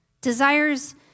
Desires